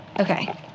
Okay